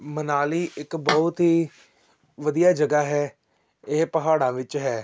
ਮਨਾਲੀ ਇੱਕ ਬਹੁਤ ਹੀ ਵਧੀਆ ਜਗ੍ਹਾ ਹੈ ਇਹ ਪਹਾੜਾਂ ਵਿੱਚ ਹੈ